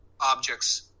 objects